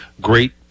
great